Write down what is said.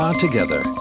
Together